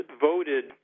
voted